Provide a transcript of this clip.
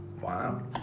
Wow